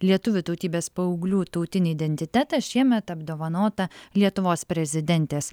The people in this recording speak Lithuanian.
lietuvių tautybės paauglių tautinį identitetą šiemet apdovanota lietuvos prezidentės